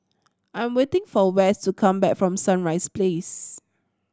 I'm waiting for Wess to come back from Sunrise Place